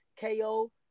KO